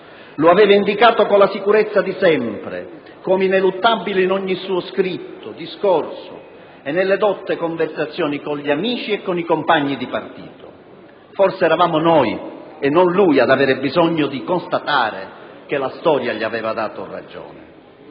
lo aveva indicato con la sicurezza di sempre come ineluttabile, in ogni suo scritto, discorso e nelle dotte conversazioni con gli amici e con i compagni di partito. Forse eravamo noi e non lui ad aver bisogno di constatare che la storia gli aveva dato ragione.